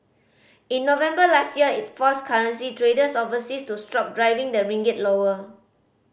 in November last year it forced currency traders overseas to stop driving the ringgit lower